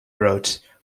wrote